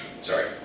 Sorry